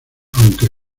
aunque